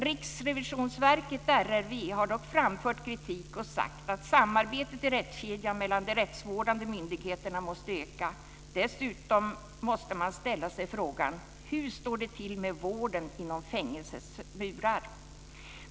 Riksrevisionsverket, RRV, har dock framfört kritik och sagt att samarbetet i rättskedjan mellan de rättsvårdande myndigheterna måste öka. Dessutom måste man ställa sig frågan: Hur står det till med vården inom fängelsets murar?